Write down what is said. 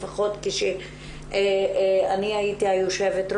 לפחות כשאני הייתי היו"ר,